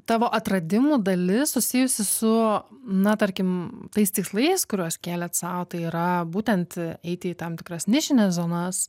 tavo atradimų dalis susijusi su na tarkim tais tikslais kuriuos kėlėt sau tai yra būtent eiti į tam tikras nišines zonas